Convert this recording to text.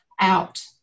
out